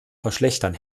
verschlechtern